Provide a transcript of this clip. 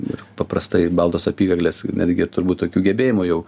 ir paprastai baltos apykaklės netgi turbūt tokių gebėjimų jau